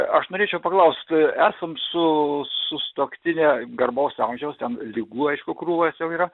aš norėčiau paklaust esam su su sutuoktine garbaus amžiaus ten ligų aišku krūvos jau yra